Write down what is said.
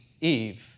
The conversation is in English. Eve